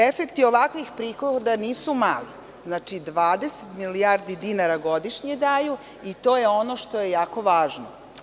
Efekti ovakvih prihoda nisu mali, znači, 20 milijardi dinara godišnje daju i to je ono što je jako važno.